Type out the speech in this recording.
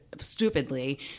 stupidly